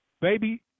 baby